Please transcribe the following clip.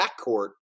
backcourt